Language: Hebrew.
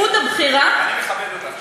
מאיר, את זכות הבחירה, אני מכבד אותך.